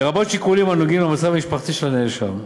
לרבות שיקולים הנוגעים למצב המשפחתי של הנאשם.